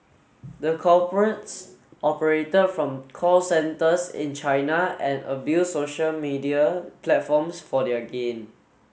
the culprits operated from call centres in China and abuse social media platforms for their gain